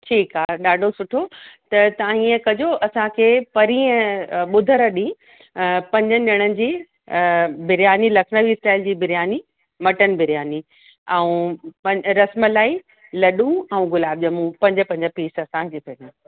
ठीकु आहे ॾाढो सुठो त तव्हां हीअं कजो असांखे परीहं ॿुधरु ॾींहं पंजनि ॼणण जी बिरयानी लखनवी स्टाईल जी बिर्यानी मटन बिर्यानी ऐं प रसमलाई लॾूं ऐं गुलाब ॼम्मूं पंज पंज पीस असांखे